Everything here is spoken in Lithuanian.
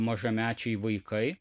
mažamečiai vaikai